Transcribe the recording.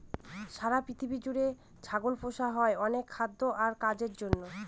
সারা পৃথিবী জুড়ে ছাগল পোষা হয় অনেক খাদ্য আর কাজের জন্য